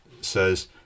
says